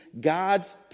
God's